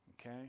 Okay